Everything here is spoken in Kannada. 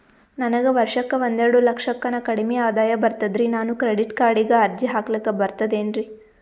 ನನಗ ವರ್ಷಕ್ಕ ಒಂದೆರಡು ಲಕ್ಷಕ್ಕನ ಕಡಿಮಿ ಆದಾಯ ಬರ್ತದ್ರಿ ನಾನು ಕ್ರೆಡಿಟ್ ಕಾರ್ಡೀಗ ಅರ್ಜಿ ಹಾಕ್ಲಕ ಬರ್ತದೇನ್ರಿ?